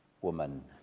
woman